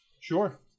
Sure